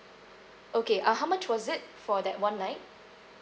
okay uh how much was it for that one night